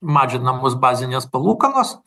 mažinamos bazinės palūkanos